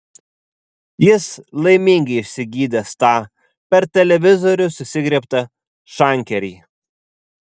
jis laimingai išsigydęs tą per televizorių susigriebtą šankerį